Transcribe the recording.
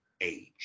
age